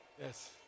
Yes